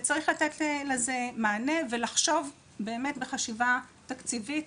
וצריך לתת לזה מענה ולחשוב באמת בחשיבה תקציבית.